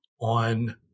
on